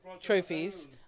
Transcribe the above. trophies